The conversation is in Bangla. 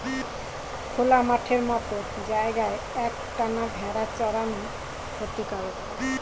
খোলা মাঠের মত জায়গায় এক টানা ভেড়া চরানো ক্ষতিকারক